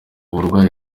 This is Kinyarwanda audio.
burwayi